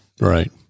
Right